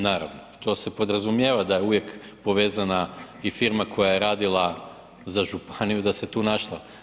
Naravno, to se podrazumijeva da je uvijek povezana i firma koja je radila za županiju da se tu našla.